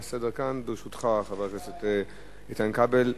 ברשותך, חבר הכנסת איתן כבל.